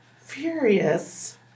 furious